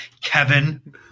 Kevin